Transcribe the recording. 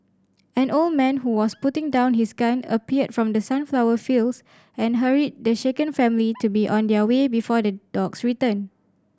an old man who was putting down his gun appeared from the sunflower fields and hurried the shaken family to be on their way before the dogs return